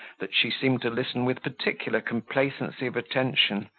that she seemed to listen with particular complacency of attention,